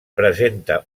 presenta